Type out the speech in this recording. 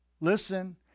listen